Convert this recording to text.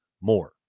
more